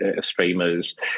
streamers